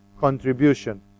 contribution